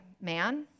man